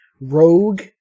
Rogue